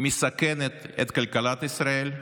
מסכן את כלכלת ישראל,